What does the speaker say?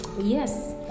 yes